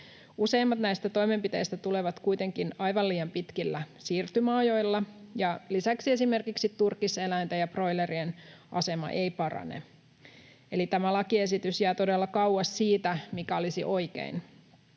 Useimmat näistä toimenpiteistä tulevat kuitenkin aivan liian pitkillä siirtymäajoilla, ja lisäksi esimerkiksi turkiseläinten tai broilerien asema ei parane. Eli tämä lakiesitys jää todella kauas siitä, mikä olisi oikein.